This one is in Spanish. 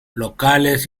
locales